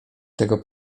tego